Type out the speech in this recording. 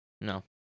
No